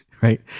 right